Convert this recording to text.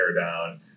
teardown